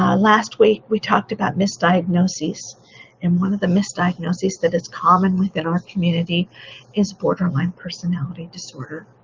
ah last week we talked about misdiagnosis and one of the misdiagnosis that is common within our community is borderline personality disorder.